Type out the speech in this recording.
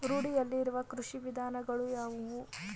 ರೂಢಿಯಲ್ಲಿರುವ ಕೃಷಿ ವಿಧಾನಗಳು ಯಾವುವು?